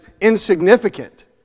insignificant